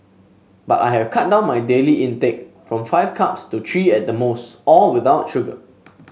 but I have cut down my daily intake from five cups to three at the most all without sugar